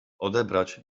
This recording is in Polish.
odebrać